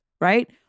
right